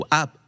up